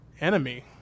enemy